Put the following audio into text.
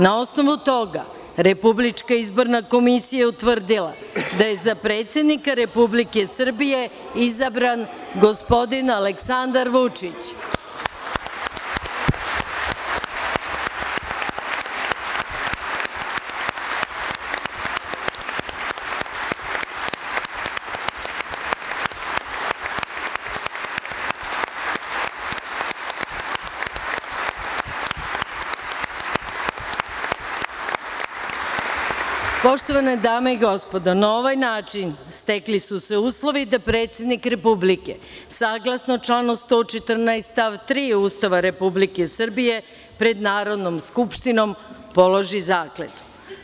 Na osnovu toga Republička izborna komisija je utvrdila da je za predsednika Republike Srbije izabran gospodin Aleksandar Vučić. [[Aplauz]] Poštovane dame i gospodo, na ovaj način stekli su se uslovi da predsednik Republike, saglasno članu 114. stav 3. Ustava Republike Srbije, pred Narodnom skupštinom položi zakletvu.